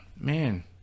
man